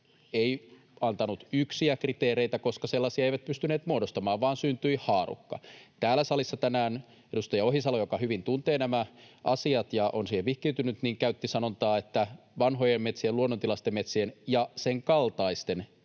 ei antanut yksiä kriteereitä, koska ne eivät sellaisia pystyneet muodostamaan, vaan syntyi haarukka. Täällä salissa tänään edustaja Ohisalo, joka hyvin tuntee nämä asiat ja on niihin vihkiytynyt, käytti sanontaa ”vanhojen metsien, luonnontilaisten metsien ja sen kaltaisten metsien